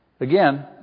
Again